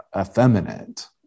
effeminate